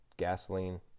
gasoline